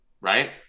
right